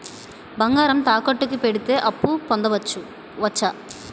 బంగారం తాకట్టు కి పెడితే అప్పు పొందవచ్చ?